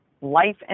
Life